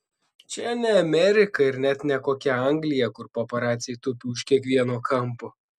čia ne amerika ir net ne kokia anglija kur paparaciai tupi už kiekvieno kampo